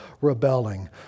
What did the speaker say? rebelling